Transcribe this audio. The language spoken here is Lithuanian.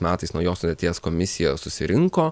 metais naujos sudėties komisija susirinko